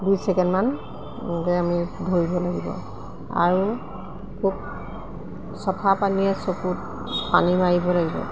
দুই ছেকেণ্ডমান এনেকৈ আমি ধৰিব লাগিব আৰু খুব চফা পানীৰে চকুত পানী মাৰিব লাগিব